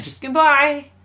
Goodbye